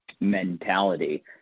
mentality